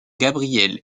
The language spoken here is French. gabriel